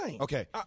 Okay